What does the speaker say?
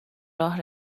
راه